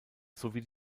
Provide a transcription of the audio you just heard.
sowie